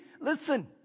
Listen